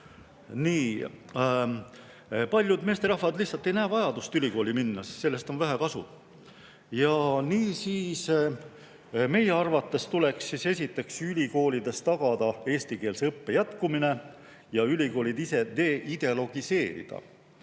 Paljud meesterahvad lihtsalt ei näe vajadust ülikooli minna, sest sellest on vähe kasu. Niisiis, meie arvates tuleks esiteks ülikoolides tagada eestikeelse õppe jätkumine ja ülikoolid deideologiseerida.